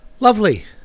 Lovely